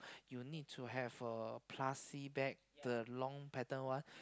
you need to have a plastic bag the long pattern one